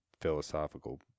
philosophical